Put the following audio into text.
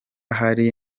hari